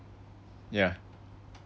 yeah